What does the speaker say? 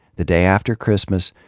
the day after christmas,